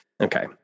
Okay